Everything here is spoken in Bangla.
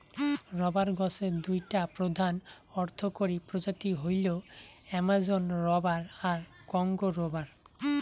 রবার গছের দুইটা প্রধান অর্থকরী প্রজাতি হইল অ্যামাজোন রবার আর কংগো রবার